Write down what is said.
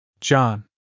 John